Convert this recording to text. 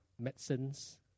medicines